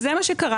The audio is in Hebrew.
כך קרה.